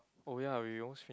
oh ya we almost fin~